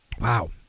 wow